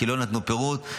כי לא נתנו פירוט,